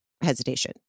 hesitation